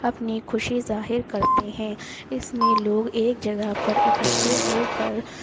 اپنی خوشی ظاہر کرتے ہیں اس میں لوگ ایک جگہ پر اکھٹے ہو کر